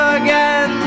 again